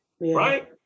Right